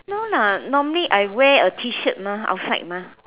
no lah normally I wear a T-shirt mah outside mah